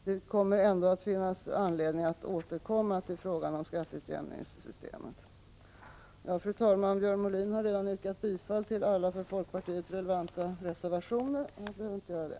Det kommer ändå att finnas anledning att återkomma till frågan om skatteutjämningssystem. Fru talman! Björn Molin har redan yrkat bifall till alla av folkpartiet avlämnade reservationer, varför jag inte behöver göra det.